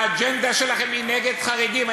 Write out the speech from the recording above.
האג'נדה שלכם היא נגד חרדים.